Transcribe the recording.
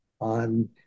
on